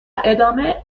ادامه